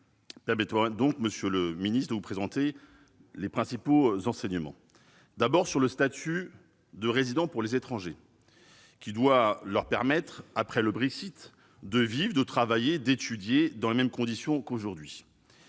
présenter, monsieur le ministre, les principaux enseignements. D'abord, j'évoquerai le statut de résident pour les étrangers, qui doit leur permettre, après le Brexit, de vivre, de travailler, et d'étudier dans les mêmes conditions qu'aujourd'hui.